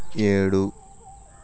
ఏడు